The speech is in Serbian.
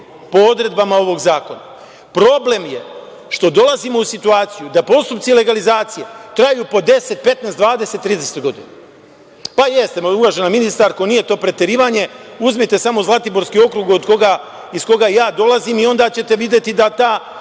po odredbama ovog zakona. Problem je što dolazimo u situaciju da postupci legalizacije traju po 10, 15, 20, 30 godina. Pa, jeste, uvažena ministarko, nije to preterivanje. Uzmite samo Zlatiborski okrug iz koga ja dolazim i onda ćete videti da ta